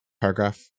Paragraph